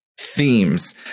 themes